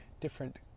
different